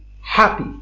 happy